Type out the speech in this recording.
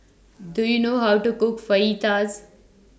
Do YOU know How to Cook Fajitas